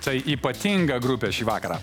tai ypatinga grupė šį vakarą